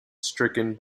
stricken